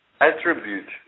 attribute